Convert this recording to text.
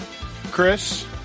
Chris